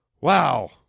Wow